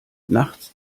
nachts